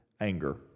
anger